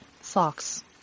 socks